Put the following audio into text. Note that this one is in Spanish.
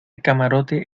camarote